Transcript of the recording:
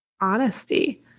honesty